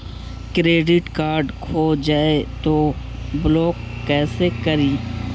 Credit card खो जाए तो ब्लॉक कैसे करी?